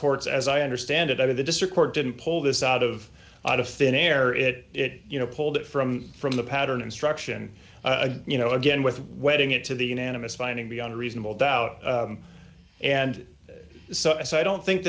court's as i understand it either the district court didn't pull this out of out of thin air it it you know pulled it from from the pattern instruction you know again with wedding it to the unanimous finding beyond reasonable doubt and so as i don't think